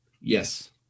yes